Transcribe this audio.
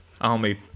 army